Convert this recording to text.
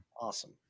Awesome